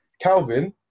Calvin